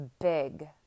big